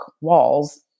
walls